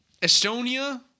Estonia